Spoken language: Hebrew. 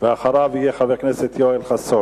ואחריו יהיה חבר הכנסת יואל חסון.